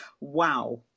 Wow